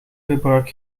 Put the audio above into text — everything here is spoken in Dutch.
gebruik